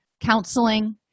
counseling